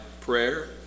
prayer